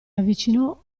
avvicinò